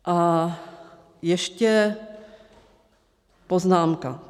A ještě poznámka.